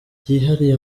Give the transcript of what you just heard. byihariye